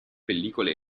pellicole